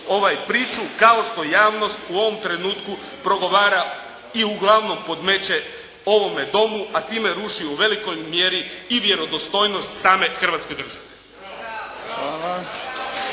priču kao što javnost u ovom trenutku progovara i uglavnom podmeće ovome Domu, a time ruši u velikoj mjeri i vjerodostojnost Hrvatske države.